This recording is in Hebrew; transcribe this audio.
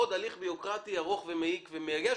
עוד הליך ביורוקרטי ארוך ומעיק ומייגע,